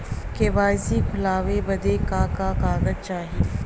KYC खोलवावे बदे का का कागज चाही?